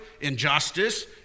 injustice